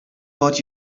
about